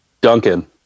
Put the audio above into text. Duncan